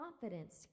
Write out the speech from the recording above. confidence